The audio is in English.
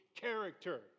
character